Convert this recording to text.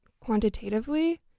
quantitatively